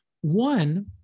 One